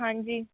ਹਾਂਜੀ